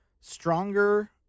stronger